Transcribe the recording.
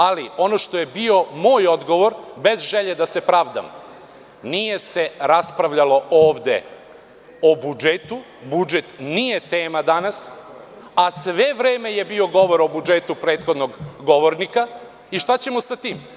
Ali, ono što je bio moj odgovor, bez želje da se pravdam, nije se raspravljalo ovde o budžetu, budžet nije tema danas, a sve vreme je bio govor o budžetu prethodnog govornika i šta ćemo sa tim?